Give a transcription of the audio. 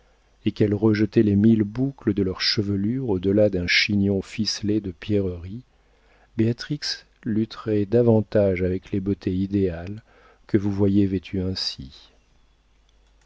et qu'elles rejetaient les mille boucles de leur chevelure au delà d'un chignon ficelé de pierreries béatrix lutterait avantageusement avec les beautés idéales que vous voyez vêtues ainsi